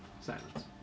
Silence